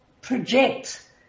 project